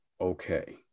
okay